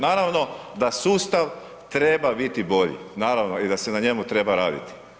Naravno da sustav treba biti bolji, naravno i da se na njemu treba raditi.